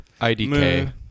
IDK